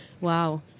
Wow